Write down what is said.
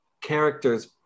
characters